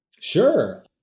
Sure